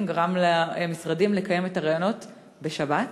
גרם למשרדים לקיים את הראיונות בשבת,